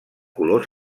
colors